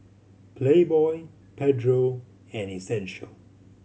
Playboy Pedro and Essential